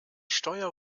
steuer